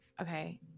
okay